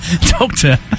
Doctor